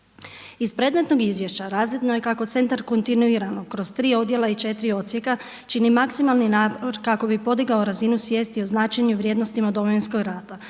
Iz predmetnog izvješća razvidno je kako centar kontinuirano kroz tri odjela i četiri odsjeka čini maksimalni napor kako bi podigao razinu svijesti o značenju vrijednostima Domovinskog rata,